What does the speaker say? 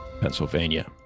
pennsylvania